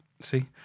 see